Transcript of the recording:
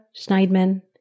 Schneidman